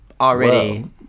already